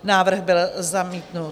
Návrh byl zamítnut.